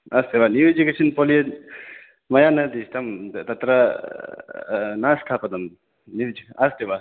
अस्य वा new education पालि मया न दृष्टं तत्र नाष्ठापतम् न्यूज् अस्ति वा